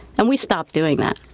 and we stopped doing that.